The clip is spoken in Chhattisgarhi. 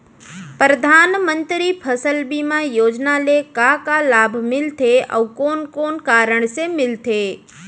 परधानमंतरी फसल बीमा योजना ले का का लाभ मिलथे अऊ कोन कोन कारण से मिलथे?